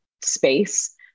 space